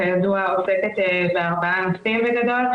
כידוע, עוסקת בארבעה נושאים בגדול.